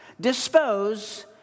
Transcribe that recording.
dispose